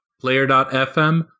Player.fm